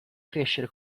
crescere